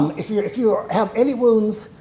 um if you if you ah have any wounds,